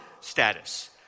status